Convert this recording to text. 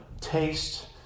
taste